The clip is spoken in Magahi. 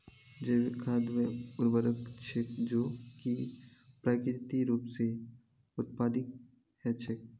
जैविक खाद वे उर्वरक छेक जो कि प्राकृतिक रूप स उत्पादित हछेक